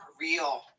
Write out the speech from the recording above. real